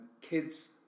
kids